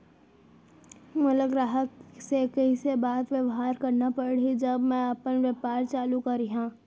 मोला ग्राहक से कइसे बात बेवहार करना पड़ही जब मैं अपन व्यापार चालू करिहा?